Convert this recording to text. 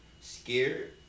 scared